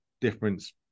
difference